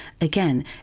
again